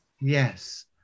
Yes